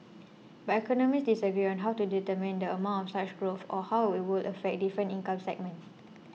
but economists disagree on how to determine the amount of such growth or how it would affect different income segments